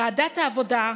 ועדת העבודה,